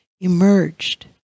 emerged